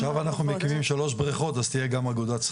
עכשיו אנחנו מקימים שלוש בריכות אז תהיה גם אגודה.